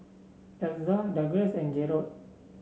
Elza Douglas and Jerod